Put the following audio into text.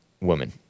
woman